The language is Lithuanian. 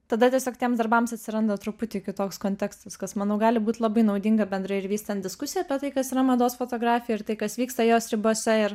tada tiesiog tiems darbams atsiranda truputį kitoks kontekstas kas manau gali būt labai naudinga bendrai ir vystant diskusiją apie tai kas yra mados fotografija ir tai kas vyksta jos ribose ir